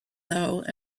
though